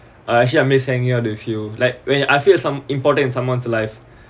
I actually I miss hanging out with you like when I feel some importance in someone's life